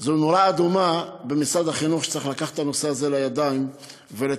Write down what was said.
זאת נורה אדומה במשרד החינוך שצריך לקחת את הנושא הזה לידיים ולטפל,